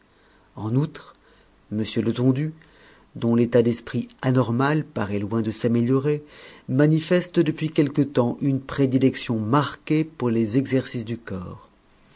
en outre m letondu dont l'état d'esprit anormal paraît loin de s'améliorer manifeste depuis quelque temps une prédilection marquée pour les exercices du corps